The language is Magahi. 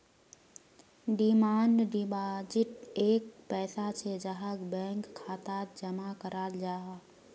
डिमांड डिपाजिट एक पैसा छे जहाक बैंक खातात जमा कराल जाहा